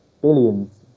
billions